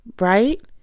right